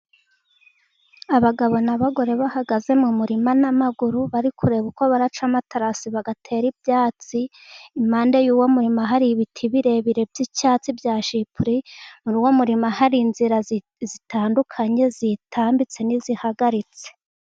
Abagabo n'abagore bahagaze mu murima n'amaguru, bari kureba uko baraca amaterasi, bagatera ibyatsi, impande y'uwo murima hari ibiti birebire by'icyatsi bya Shipure, muri uwo murima hari inzira zitandukanye zitambitse n'izihagaritse.